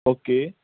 okay